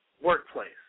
workplace